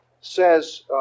says